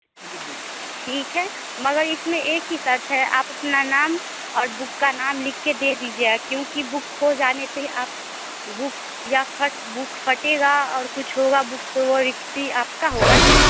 ठीक है मगर इसमें एक ही शर्त है आप अपना नाम और बुक का नाम लिख कर दे दीजिएगा क्योंकि बुक खो जाने पर आप बुक या फट बुक फटेगा और कुछ होगा बुक तो वह रिक्स भी आपका होगा ना